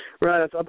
Right